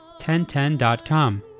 1010.com